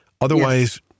Otherwise—